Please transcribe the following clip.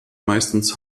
meistens